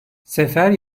sefer